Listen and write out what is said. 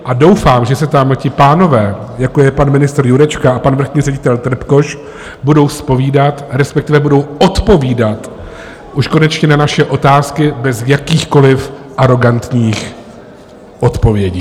A doufám, že se tamhleti pánové, jako je pan ministr Jurečka a pan vrchní ředitel Trpkoš, budou zpovídat, respektive budou odpovídat už konečně na naše otázky bez jakýchkoli arogantních odpovědí.